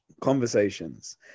conversations